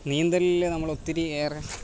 നീന്തലിൽ നമ്മളൊത്തിരിയേറെ